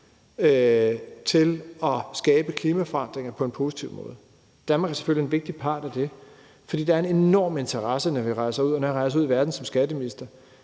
til at skabe klimaforandringer på en positiv måde. Danmark er selvfølgelig en vigtig part af det, fordi der er en enorm interesse, når vi rejser ud, og når jeg rejser ud i verden som skatteminister,